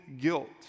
guilt